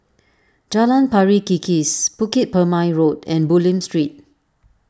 Jalan Pari Kikis Bukit Purmei Road and Bulim Street